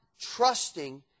trusting